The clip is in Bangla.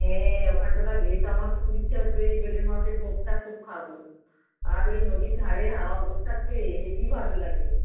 হ্যাঁ ওখান টোখান গিয়ে তো আমার তো খুব ইচ্ছে হচ্ছে ওই যে বেলুড় মঠের ভোগটা খুব খাবো আর ওই নদীর ধারে হাওয়া বোস থাকতে হে হেবি ভালো লাগবে